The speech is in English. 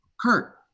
Kurt